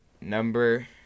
Number